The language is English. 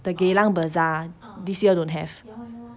the geylang bazaar this year don't have